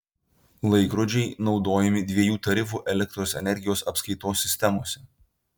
laikrodžiai naudojami dviejų tarifų elektros energijos apskaitos sistemose